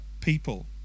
people